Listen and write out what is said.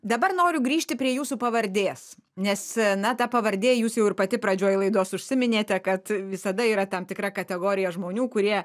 dabar noriu grįžti prie jūsų pavardės nes na ta pavardė jūs jau ir pati pradžioj laidos užsiminėte kad visada yra tam tikra kategorija žmonių kurie